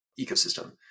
ecosystem